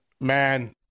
man